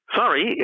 sorry